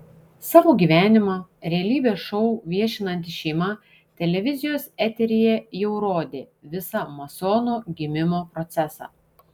savo gyvenimą realybės šou viešinanti šeima televizijos eteryje jau rodė visą masono gimimo procesą